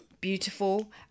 Beautiful